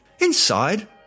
Inside